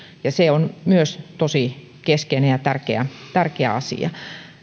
se on myös tosi keskeinen ja tärkeä tärkeä asia